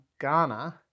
Ghana